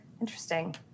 Interesting